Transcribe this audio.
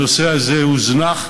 הנושא הזה הוזנח,